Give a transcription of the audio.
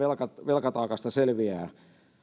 velkataakasta selviävät muutamia